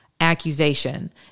accusation